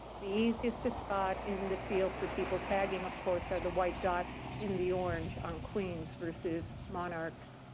the easiest to spot in the field, for people tagging of course, are the white dots in the orange on queens versus monarchs,